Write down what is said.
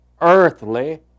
earthly